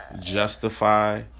justify